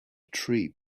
tree